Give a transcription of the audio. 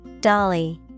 Dolly